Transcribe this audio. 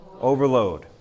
overload